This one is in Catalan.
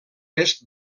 est